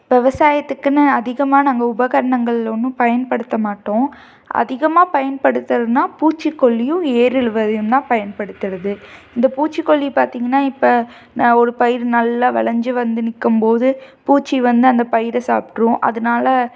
இப்போ விவசாயத்துக்குனு அதிகமாக நாங்க உபகரணங்கள் ஒன்றும் பயன்படுத்தமாட்டோம் அதிகமாக பயன்படுத்துகிறதுனா பூச்சிக்கொல்லியும் ஏருழுவதுயுந்தான் பயன்படுத்துகிறது இந்த பூச்சிக்கொல்லி பார்த்தீங்கனா இப்போ நான் ஒரு பயிர் நல்லா விளஞ்சி வந்து நிற்கம்போது பூச்சி வந்து அந்த பயிரை சாப்பிட்ரும் அதனால